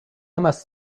must